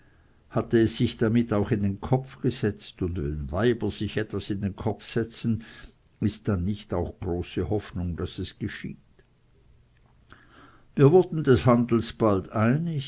hatte es sich damit auch in den kopf gesetzt und wenn weiber sich etwas in den kopf setzen ist dann nicht auch große hoffnung daß es geschieht wir wurden des handels bald einig